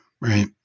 right